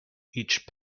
each